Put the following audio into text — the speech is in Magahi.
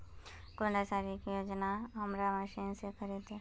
कुंडा सरकारी योजना हमार मशीन से खरीद छै?